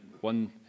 one